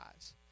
eyes